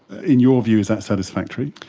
in your view, is that satisfactory?